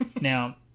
Now